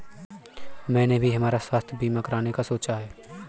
मैंने भी हमारा स्वास्थ्य बीमा कराने का सोचा है